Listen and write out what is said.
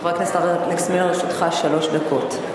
חבר הכנסת אלכס מילר, לרשותך שלוש דקות.